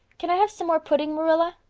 can i have some more pudding, marilla?